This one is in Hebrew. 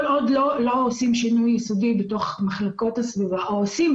כל עוד לא עושים שינוי יסודי בתוך מחלקות הסביבה או עושים